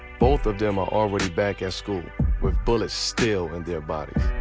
both of them are already back at school with bullets still in their bodies.